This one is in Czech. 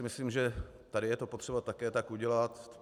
Myslím si, že tady je to potřeba také tak udělat.